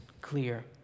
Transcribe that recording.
clear